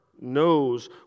knows